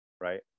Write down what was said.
right